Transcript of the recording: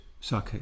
sake